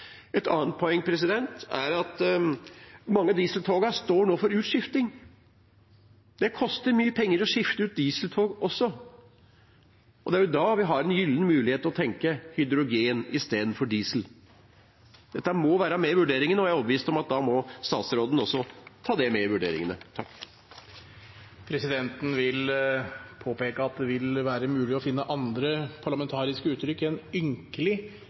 Et annet poeng er at mange av dieseltogene står nå for utskiftning. Det koster mye penger å skifte ut dieseltog også, og det er da vi har en gyllen mulighet til å tenke hydrogen istedenfor diesel. Dette må være med i vurderingen, og jeg er overbevist om at da må statsråden også ta det med i vurderingene. Presidenten vil påpeke at det vil være mulig å finne andre, parlamentariske, uttrykk enn